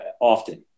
often